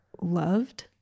loved